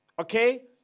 Okay